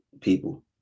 people